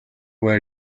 were